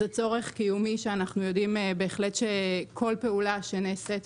זה צורך קיומי שאנחנו יודעים בהחלט שכל פעולה שנעשית